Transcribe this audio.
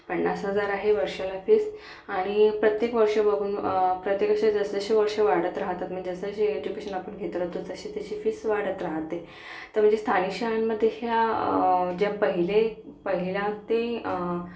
पन्नास हजार आहे वर्षाला फीस आणि प्रत्येक वर्ष बघून प्रत्येक विषय जसजसे वर्ष वाढत राहतात म्हणजे जसं जे एज्युकेशन आपण घेत राहतो तशी तशी फीस वाढत राहते तर म्हणजे स्थानिक शाळांमध्ये ह्या ज्या पहिले पहिल्याते